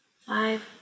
five